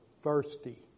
thirsty